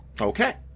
Okay